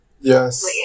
yes